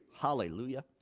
hallelujah